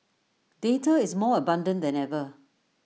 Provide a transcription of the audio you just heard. data is more abundant than ever